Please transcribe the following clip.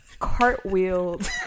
cartwheeled